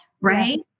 right